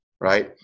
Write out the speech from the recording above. right